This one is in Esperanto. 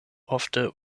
ofte